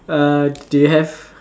err do you have